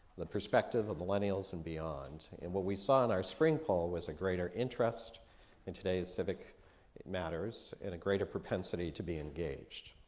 the perspective of millennials and beyond. and what we saw in our spring poll was a greater interest in today's civic matters, and a greater propensity to be engaged.